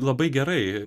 labai gerai